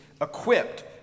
equipped